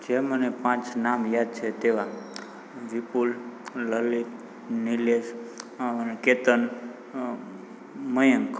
જે મને પાંચ નામ યાદ છે તેવા વિપુલ લલિત નિલેષ અ કેતન મયંક